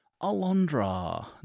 Alondra